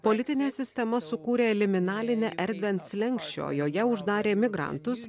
politinė sistema sukūrė liminalinę erdvę ant slenksčio o joje uždarė migrantus